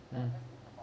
mm